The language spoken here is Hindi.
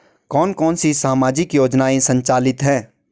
कौन कौनसी सामाजिक योजनाएँ संचालित है?